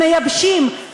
מייבשים,